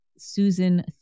Susan